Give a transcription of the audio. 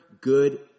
good